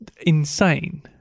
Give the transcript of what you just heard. insane